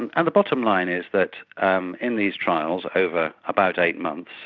and and the bottom line is that um in these trials over about eight months,